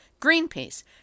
Greenpeace